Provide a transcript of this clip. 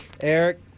Eric